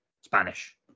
Spanish